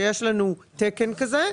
שיש לנו תקן כזה,